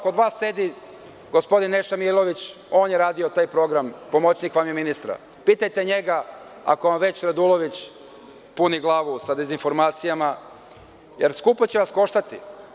Kod vas sedi gospodin Neša Milović, on je radio taj program, pomoćnik vam je ministra, pitajte njega, ako vam već Radulović puni glavu sa dezinformacijama, jer skupo će vas koštati.